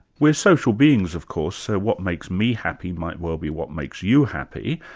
we're social being of course, so what makes me happy might well be what makes you happy,